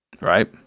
Right